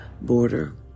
border